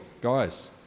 guys